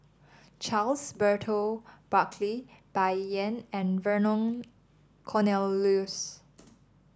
Charles Burton Buckley Bai Yan and Vernon Cornelius